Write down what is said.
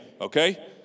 okay